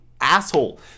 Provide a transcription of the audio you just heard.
asshole